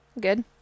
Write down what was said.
Good